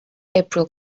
april